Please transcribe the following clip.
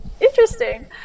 interesting